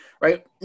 right